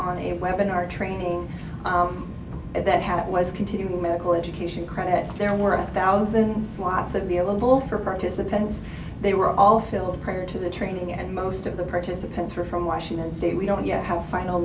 on a weapon our training and that how it was continuing medical education credits there were a thousand slots available for participants they were all filled prior to the training and most of the participants were from washington state we don't yet have final